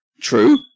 True